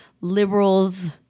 liberals